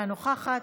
אינה נוכחת,